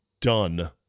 done